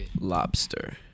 Lobster